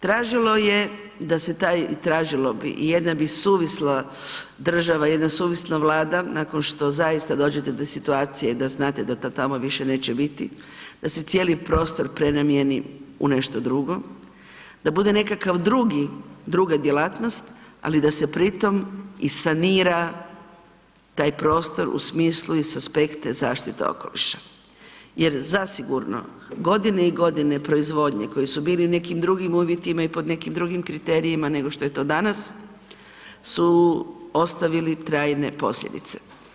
Tražilo je da se taj i tražilo bi i jedna bi suvisla država, jedna suvisla Vlada nakon što zaista dođete do situacije da znate da to tamo više neće biti, da se cijeli prostor prenamijeni u nešto drugo, da bude nekakva druga djelatnost ali da se pritom i sanira taj prostor u smislu i sa aspekta zaštite okoliša jer zasigurno godine i godine proizvodnje koji su bili u nekim drugim uvjetima i pod nekim drugim kriterijima nego što je to danas su ostavili trajne posljedice.